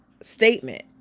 statement